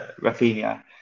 Rafinha